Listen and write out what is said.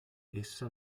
essa